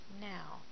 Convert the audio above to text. now